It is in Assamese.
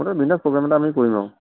মাত্ৰ বিন্দাছ প্ৰ'গ্ৰেম এটা আমি কৰি লও